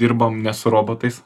dirbam ne su robotais